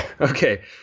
Okay